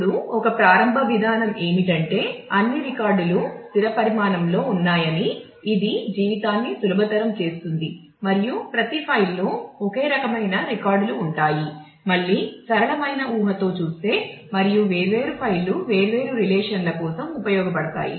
ఇప్పుడు ఒక ప్రారంభ విధానం ఏమిటంటే అన్ని రికార్డులు స్థిర పరిమాణంలో ఉన్నాయని ఇది జీవితాన్ని సులభతరం చేస్తుంది మరియు ప్రతి ఫైల్లు ఉంటాయి మళ్ళీ సరళమైన ఊహతో చూస్తే మరియు వేర్వేరు ఫైళ్లు వేర్వేరు రిలేషన్ ల కోసం ఉపయోగించబడతాయి